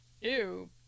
ew